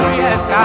yes